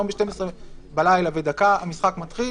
היום בשתיים-עשרה בלילה ודקה המשחק מתחיל,